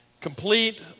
complete